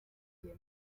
igihe